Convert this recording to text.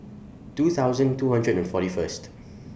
two thousand two hundred and forty First